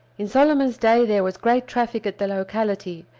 in solomon's day there was great traffic at the locality,